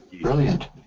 Brilliant